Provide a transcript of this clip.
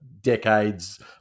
decades